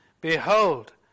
behold